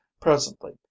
presently